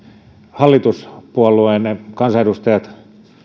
hallituspuolueiden kansanedustajat